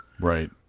Right